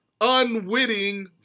unwitting